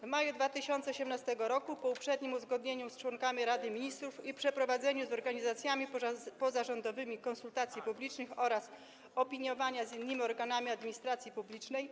W maju 2018 r., po uprzednim uzgodnieniu z członkami Rady Ministrów i przeprowadzeniu z organizacjami pozarządowymi konsultacji publicznych oraz opiniowania z innymi organami administracji publicznej.